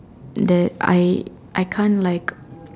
that I I can't like